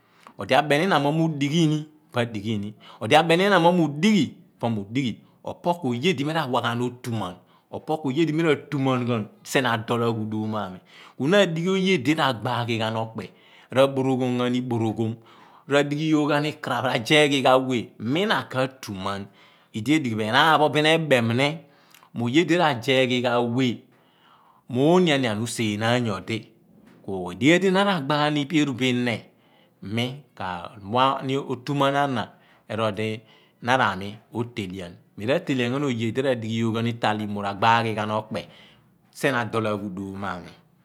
Odi abeni ina mo miudighini po adighi ni ameni inna momiu dighi po miudighi opo kuoye di mi ra wa ghan otuman poku oye di mira tuma ghan sien adool aghudom mo ani na adighi oye dina rabaaghi ghan okpe boroghom ghan i borohom r' adighi yooghan ikparaph, r'azeeh ghi ghan weh mina kutumen idied ighi bo enaan pho bin ebeemni mo oye di ra zeeh ghi ghan weh moo oni anian useenaan nyodi ku edighi dina rabaaghan ipe erubo inneh m ka wani otumaan ana erodi nara mi oteelian mi ratelian ghan oye di radighi yooghan italimo ragbaaghi ghan okpe sien a dool a dumo mo a mi.